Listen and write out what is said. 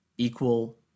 equal